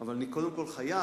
אבל אני קודם כול חייב,